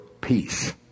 peace